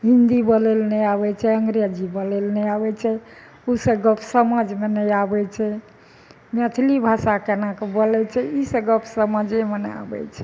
हिन्दी बोलय लए नहि आबय छै अंग्रेजी बोलल नहि आबय छै उ सभ गप समझमे नहि आबय छै मैथिली भाषा केना कऽ बोलय छै ई से गप समझमे नहि आबय छै